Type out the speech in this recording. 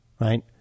Right